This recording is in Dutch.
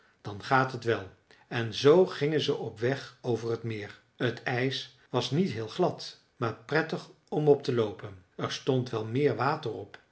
dan gaat het wel en zoo gingen ze op weg over het meer t ijs was niet heel glad maar prettig om op te loopen er stond wel meer water op